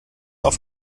auf